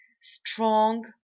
strong